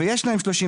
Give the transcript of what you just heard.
ויש להם 35%,